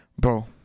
bro